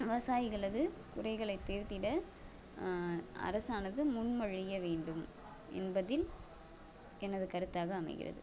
விவசாயிகளது குறைகளை தீர்த்திட அரசானது முன்மொழிய வேண்டும் என்பதில் எனது கருத்தாக அமைகிறது